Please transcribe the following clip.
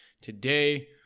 Today